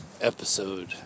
episode